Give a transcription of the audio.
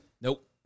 Nope